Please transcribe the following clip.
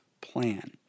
plan